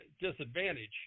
disadvantage